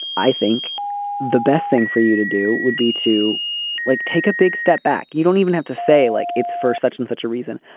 i think the best thing for you to do would be to like take a big step back. you don't even have to say like it's for such and such a reason.